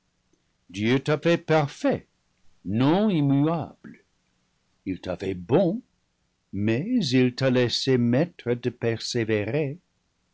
t'a fait parfait non immuable il t'a fait bon mais il t'a laissé maître de persévérer